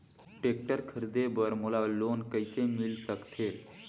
Tractor खरीदे बर मोला लोन कइसे मिल सकथे?